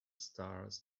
stars